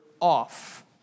off